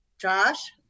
Josh